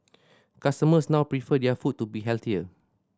customers now prefer their food to be healthier